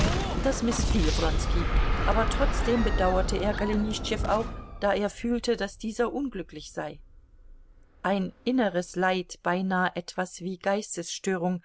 das mißfiel wronski aber trotzdem bedauerte er golenischtschew auch da er fühlte daß dieser unglücklich sei ein inneres leid beinah etwas wie